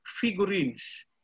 figurines